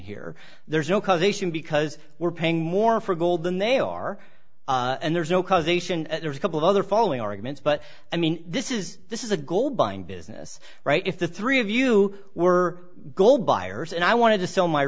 here there's no causation because we're paying more for gold than they are and there's no causation there's a couple other following arguments but i mean this is this is a gold mine business right if the three of you were gold buyers and i wanted to sell my